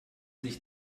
sich